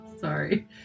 sorry